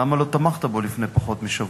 למה לא תמכת בו לפני פחות משבוע?